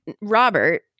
Robert